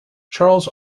charles